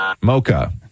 Mocha